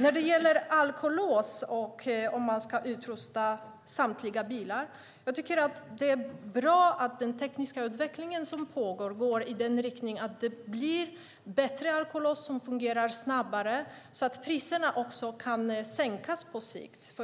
När det gäller alkolås och frågan om att utrusta samtliga bilar tycker jag att det är bra att den tekniska utveckling som pågår går i den riktningen att det blir bättre alkolås som fungerar snabbare så att priserna kan sänkas på sikt.